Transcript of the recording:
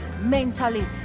mentally